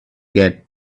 get